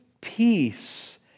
peace